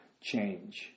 change